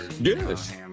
Yes